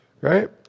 Right